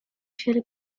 sierp